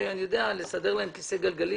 לסדר להם כיסא גלגלים